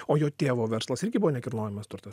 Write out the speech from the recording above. o jo tėvo verslas irgi buvo nekilnojamas turtas